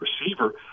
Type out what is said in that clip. receiver